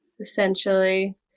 essentially